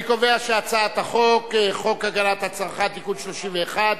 אני קובע שהצעת חוק הגנת הצרכן (תיקון מס' 31)